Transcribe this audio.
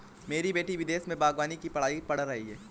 मेरी बेटी विदेश में बागवानी की पढ़ाई पढ़ रही है